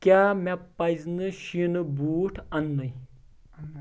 کیاہ مے پَزِ نہٕ شیٖنہٕ بوٗٹھ اَننُے